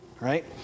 right